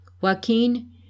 Joaquin